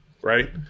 Right